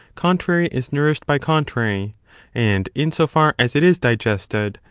contrary is nourished by contrary and, in so far as it is digested,